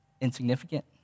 insignificant